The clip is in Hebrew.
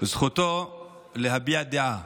זכותו להביע דעה.